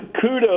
kudos